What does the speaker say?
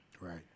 Right